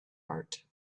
heart